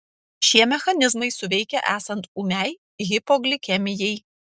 šie mechanizmai suveikia esant ūmiai hipoglikemijai